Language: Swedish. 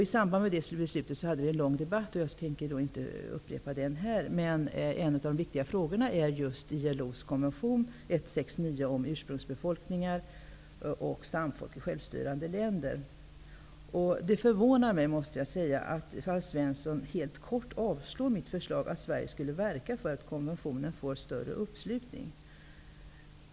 I samband med det beslutet hade vi en lång debatt, och jag skall inte upprepa den här, men bl.a. diskuterade vi Det förvånar mig, måste jag säga, att Alf Svensson helt kort avfärdar mitt förslag att Sverige skulle verka för att konventionen får större uppslutning.